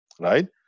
right